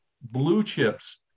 blue-chips